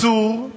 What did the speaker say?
שאסור,